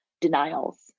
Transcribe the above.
denials